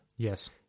Yes